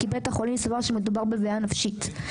כי בית-החולים סבר שמדובר בבעיה נפשית.